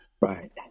Right